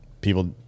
people